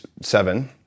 seven